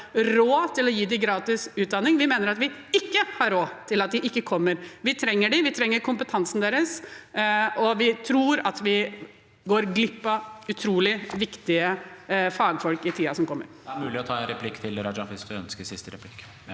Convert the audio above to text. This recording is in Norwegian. vi har råd til å gi dem gratis utdanning. Vi mener at vi ikke har råd til at de ikke kommer. Vi trenger dem, vi trenger kompetansen deres, og vi tror at vi går glipp av utrolig viktige fagfolk i tiden som kommer.